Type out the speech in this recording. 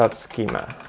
ah schema.